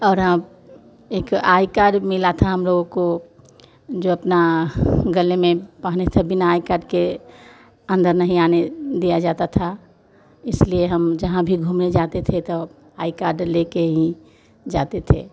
और आप एक आय काड मिला था हम हम लोगों को जो अपना गले में पहने थे बिना आय काड के अंदर नहीं आने दिया जाता था इसलिए यह हम जहाँ भी घूमने जाते थे तो आई काड लेकर ही जाते थे